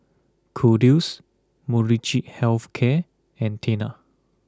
Kordel's Molnylcke Health Care and Tena